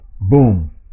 boom